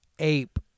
Ape